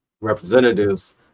representatives